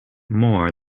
more